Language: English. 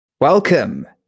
Welcome